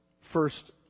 first